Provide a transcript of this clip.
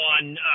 on